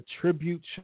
tribute